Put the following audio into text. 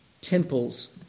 temples